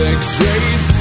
x-rays